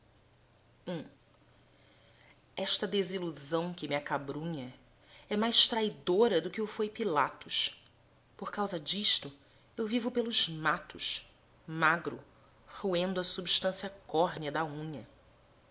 esta desilusão que me acabrunha é mais traidora do que o foi pilatos por causa disto eu vivo pelos matos magro roendo a substância córnea de unha